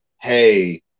Hey